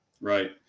right